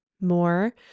more